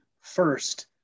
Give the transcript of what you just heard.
first